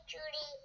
Judy